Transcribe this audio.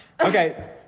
Okay